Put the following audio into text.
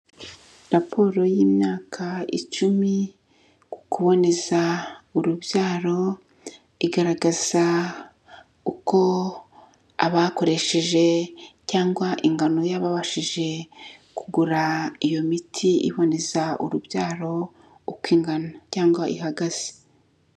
Raporo y'imyaka icumi ku kuboneza urubyaro, igaragaza uko abakoresheje cyangwa ingano y'ababashije kugura iyo miti iboneza urubyaro, uko ingana cyangwa ihagaze.